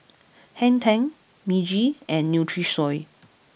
Hang Ten Meiji and Nutrisoy